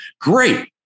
great